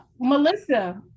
Melissa